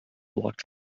locked